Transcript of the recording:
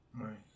right